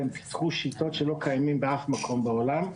הם פיתחו שיטות שלא קיימים באף מקום בעולם.